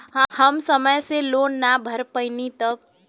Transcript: हम समय से लोन ना भर पईनी तब?